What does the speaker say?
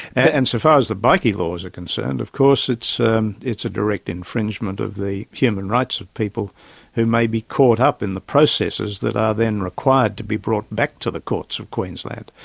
and so far as the bikie laws are concerned of course it's um it's a direct infringement of the human rights of people who may be caught up in the processes that are then required to be brought back to the courts of queensland.